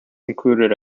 included